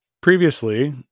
previously